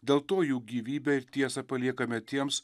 dėl to jų gyvybę ir tiesą paliekame tiems